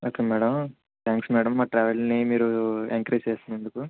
okay madam thanks madam మా ట్రావెల్ని మీరు ఎంకరేజ్ చేసినందుకు